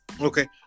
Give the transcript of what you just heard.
okay